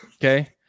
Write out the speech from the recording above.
okay